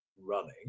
running